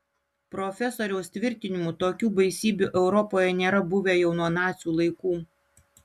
profesoriaus tvirtinimu tokių baisybių europoje nėra buvę jau nuo nacių laikų